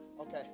okay